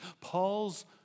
Paul's